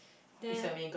then